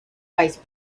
vice